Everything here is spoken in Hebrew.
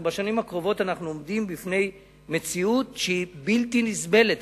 בשנים הקרובות אנחנו עומדים בפני מציאות שהיא בלתי נסבלת.